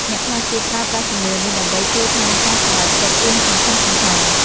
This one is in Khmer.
អ្នកខ្លះទៀតប្រើប្រាស់ជំនឿនេះដើម្បីជួយក្នុងការសម្រេចចិត្តរឿងសំខាន់ៗ។